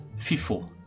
FIFO